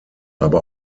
aber